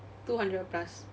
two hundred plus